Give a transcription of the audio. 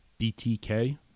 BTK